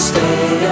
Stay